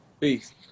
Peace